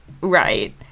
Right